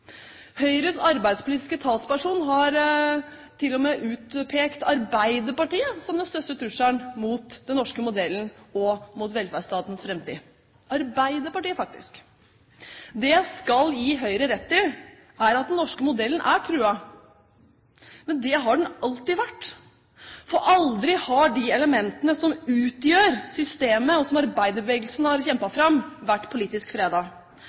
Høyres arbeidspolitiske talsperson har til og med utpekt Arbeiderpartiet som den største trusselen mot den norske modellen og mot velferdsstatens framtid – Arbeiderpartiet, faktisk. Det jeg skal gi Høyre rett i, er at den norske modellen er truet, men det har den alltid vært. For aldri har de elementene som utgjør systemet, og som arbeiderbevegelsen har kjempet fram, vært politisk